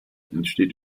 entsteht